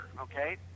okay